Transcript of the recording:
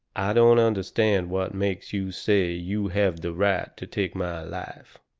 i don't understand what makes you say you have the right to take my life.